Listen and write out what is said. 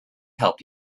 help